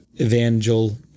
evangel